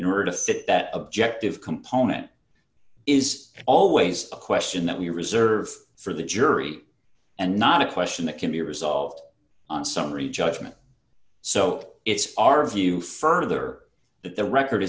in order to fit that objective component is always a question that we reserve for the jury and not a question that can be resolved on summary judgment so it's our view further that the record